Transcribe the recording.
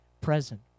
present